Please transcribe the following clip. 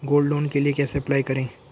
Gold loan के लिए कैसे अप्लाई करें?